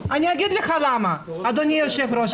אגיד לך למה, אדוני היושב-ראש.